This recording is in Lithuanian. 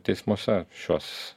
teismuose šios